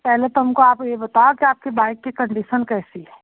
पहले तो हमको आप ये बताओ कि आपके बाइक की कंडीसन कैसी है